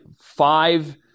five